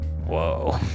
Whoa